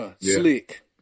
slick